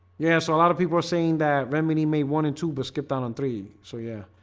yeah, so a lot of people are saying that remedy made one and two but skip down on three so yeah